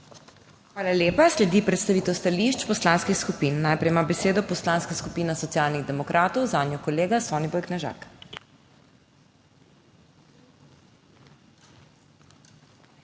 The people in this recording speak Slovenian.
Hvala lepa. Sledi predstavitev stališč poslanskih skupin. Najprej ima besedo Poslanska skupina Socialnih demokratov, zanjo kolega Soniboj Knežak.